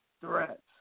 threats